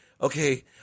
okay